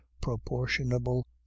proportionable